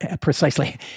precisely